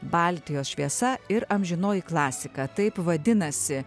baltijos šviesa ir amžinoji klasika taip vadinasi